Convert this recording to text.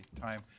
time